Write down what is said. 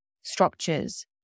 structures